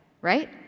right